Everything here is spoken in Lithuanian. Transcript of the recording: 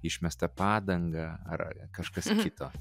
išmestą padangą ar kažkas kito